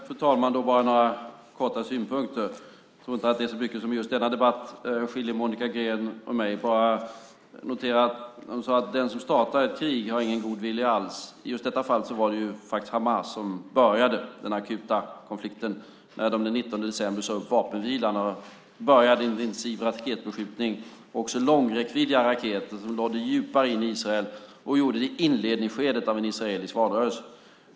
Fru talman! Jag har bara några korta synpunkter. Jag tror inte att det är så mycket som i just denna debatt skiljer Monica Green och mig åt. Jag bara noterade att hon sade att den som startar ett krig har ingen god vilja alls. I detta fall var det faktiskt Hamas som började den akuta konflikten när de den 19 december sade upp vapenvilan. De började en intensiv raketbeskjutning, också med raketer med lång räckvidd som nådde djupare in i Israel, och gjorde det i inledningsskedet av en israelisk valrörelse.